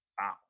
wow